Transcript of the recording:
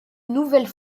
nouvelle